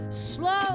Slow